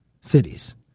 cities